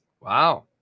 Wow